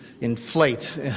inflate